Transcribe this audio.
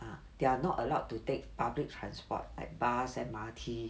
ah they are not allowed to take public transport like bus M_R_T